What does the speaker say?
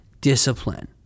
discipline